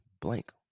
blank